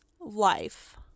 life